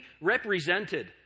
represented